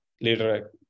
later